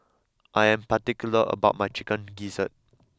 I am particular about my Chicken Gizzard